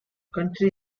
country